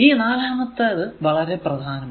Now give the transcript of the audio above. ഈ നാലാമത്തേത് വളരെ പ്രധാനമാണ്